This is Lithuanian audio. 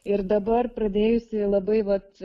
ir dabar pradėjusi labai vat